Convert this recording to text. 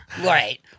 right